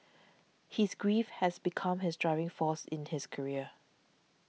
his grief has become his driving force in his career